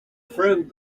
friend